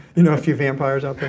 you know a few vampires out there?